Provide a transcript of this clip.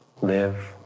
live